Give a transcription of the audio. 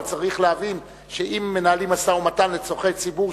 אבל צריך להבין שאם מנהלים משא-ומתן לצורכי ציבור,